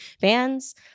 fans